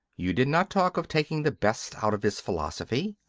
you did not talk of taking the best out of his philosophy.